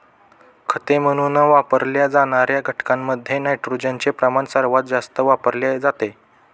खते म्हणून वापरल्या जाणार्या घटकांमध्ये नायट्रोजनचे प्रमाण सर्वात जास्त वापरले जाते